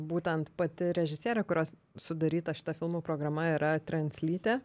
būtent pati režisierė kurios sudaryta šita filmų programa yra translytė